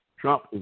Trump